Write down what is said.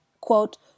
quote